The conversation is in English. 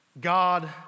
God